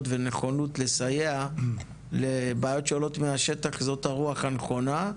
ונכונות לסייע לבעיות שעולות מהשטח זו הרוח הנכונה.